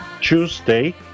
Tuesday